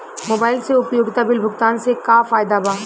Mobile से उपयोगिता bill भुगतान से का फायदा बा?